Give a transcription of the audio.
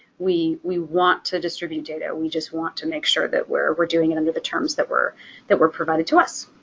we we want to distribute data. we just want to make sure that we're doing it under the terms that were that were provided to us.